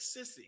sissy